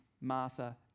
Martha